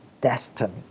destiny